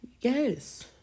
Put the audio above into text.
Yes